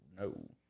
No